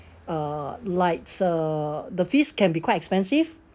uh like uh the fees can be quite expensive